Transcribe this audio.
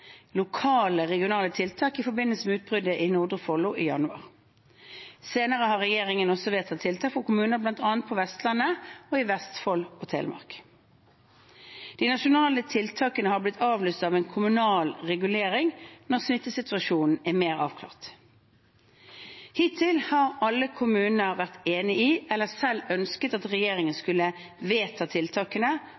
lokale, regionale tiltak i forbindelse med utbruddet i Nordre Follo i januar. Senere har regjeringen også vedtatt tiltak for kommuner bl.a. på Vestlandet og i Vestfold og Telemark. De nasjonale tiltakene har blitt avløst av kommunal regulering når smittesituasjonen er mer avklart. Hittil har alle kommunene vært enig i, eller selv ønsket, at regjeringen